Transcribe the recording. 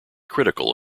critical